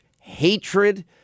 hatred